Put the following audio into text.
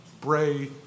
bray